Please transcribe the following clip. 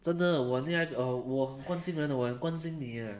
真的我很厉害 err 我很关心人的我很关心你 uh